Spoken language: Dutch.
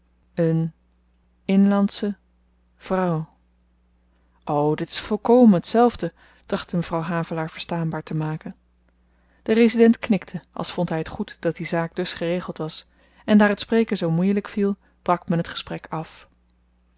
een inlandsche vrouw o dit is volkomen hetzelfde trachtte mevrouw havelaar verstaanbaar te maken de resident knikte als vond hy het goed dat die zaak dus geregeld was en daar het spreken zoo moeielyk viel brak men t gesprek af